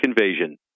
invasion